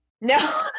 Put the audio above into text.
No